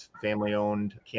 family-owned